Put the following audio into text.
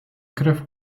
krew